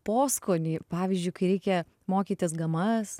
poskonį pavyzdžiui kai reikia mokytis gamas